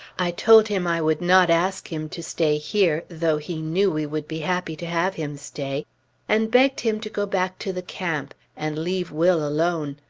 i told him i would not ask him to stay here, though he knew we would be happy to have him stay and begged him to go back to the camp, and leave will alone.